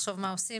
לחשוב מה עושים.